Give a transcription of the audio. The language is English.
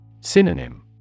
Synonym